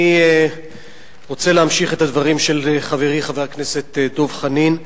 אני רוצה להמשיך את הדברים של חברי חבר הכנסת דב חנין,